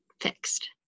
fixed